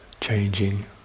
changing